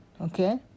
okay